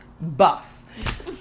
buff